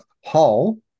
Hall